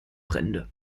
brände